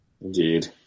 Indeed